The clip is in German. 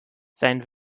sein